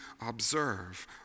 observe